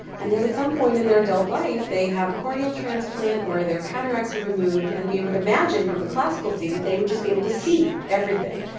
and then at some point in their adult life, they have a corneal transplant or their cataracts are removed, and we would imagine from the classical view that they would just be able to see everything,